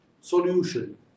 solution